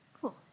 Cool